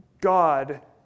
God